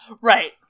Right